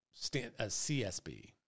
CSB